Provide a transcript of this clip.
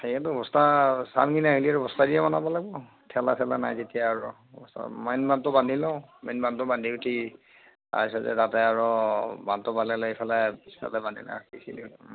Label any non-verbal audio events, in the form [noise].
সেইটো ব্যৱস্থা [unintelligible] বনাব লাগবো ঠেলা চেলা নাই যেতিয়া আৰু [unintelligible] মেইন মালটো বান্ধি উঠি তাৰপিছতে তাতে আৰু [unintelligible]